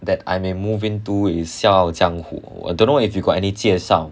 that I may move into is 笑傲江湖 I don't know if you got any 介绍